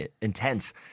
intense